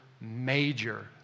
major